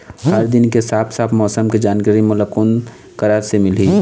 हर दिन के साफ साफ मौसम के जानकारी मोला कोन करा से मिलही?